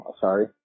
sorry